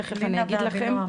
תיכף אני אגיד לכם,